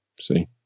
See